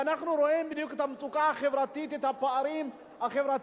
ואנחנו רואים בדיוק את המצוקה החברתית ואת הפערים החברתיים.